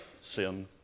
sin